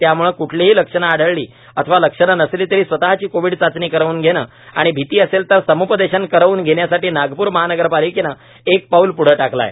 त्याम्ळं क्ठलीही लक्षणे आढळली अथवा लक्षणे नसली तरी स्वतःची कोव्हिड चाचणी करवून घेणे आणि भीती असेल तर सम्पदेशन करवून घेण्यासाठी नागपूर महानगरपालिकेनं एक पाऊल पुढं टाकलं आहे